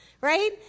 right